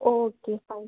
okay fine